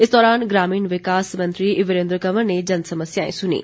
इस दौरान ग्रामीण विकास मंत्री वीरेन्द्र कंवर ने जनसमस्याएं सुनीं